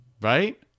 right